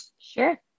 Sure